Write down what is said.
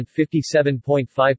57.5%